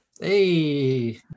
Hey